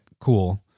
cool